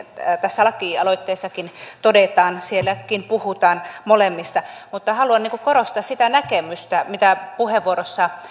tässä lakialoitteessakin todetaan sielläkin puhutaan molemmista mutta haluan korostaa sitä näkemystä mitä puheenvuorossani